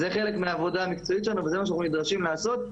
זה חלק מהעבודה מקצועית שלנו וזה מה שאנחנו נדרשים לעשות.